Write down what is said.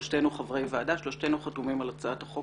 שלושתנו חברי ועדה ושלושתנו חתומים על הצעת החוק